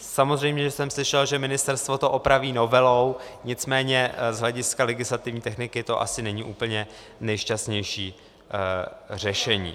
Samozřejmě jsem slyšel, že ministerstvo to opraví novelou, nicméně z hlediska legislativní techniky to není asi úplně nejšťastnější řešení.